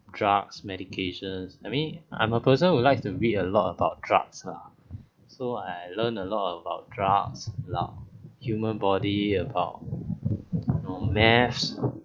drugs medications I mean I'm a person who likes to read a lot about drugs ah so I learn a lot about drugs lah human body about you know maths